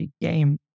game